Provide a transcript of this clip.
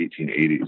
1880s